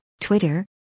Twitter